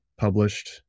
published